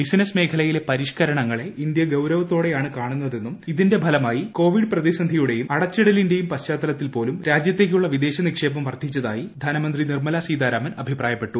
business മേഖലയിലെ പരിഷ്കരണങ്ങളെ India ഗൌരവത്തോടെയാണ് കാണുന്നതെന്നും ഇതിന്റെ ഫലമായി കോവിഡ് പ്രതിസന്ധിയുടെയും അടച്ചിടലിന്റേയും പശ്ചാത്തലത്തിൽ പോലും രാജ്യത്തേക്കുള്ള വിദേശ നിക്ഷേപം വർദ്ധിച്ചതായി ധനമന്ത്രി നിർമല സീതാരാമൻ അഭിപ്രായപ്പെട്ടു